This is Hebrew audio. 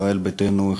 ישראל ביתנו,